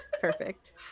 Perfect